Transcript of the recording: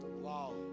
Wow